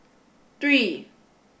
three